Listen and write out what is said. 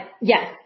yes